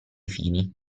fini